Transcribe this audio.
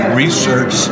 research